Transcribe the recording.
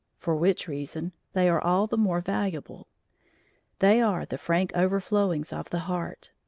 for which reason they are all the more valuable they are the frank overflowings of the heart,